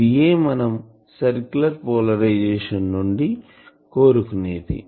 ఇదియే మనం circular polarisation నుండి కోరుకునేది